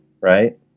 right